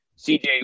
CJ